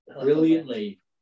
brilliantly